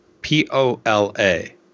P-O-L-A